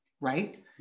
right